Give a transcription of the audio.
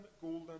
golden